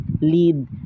lead